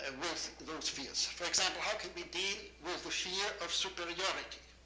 and with those fears? for example, how can we deal with the fear of superiority?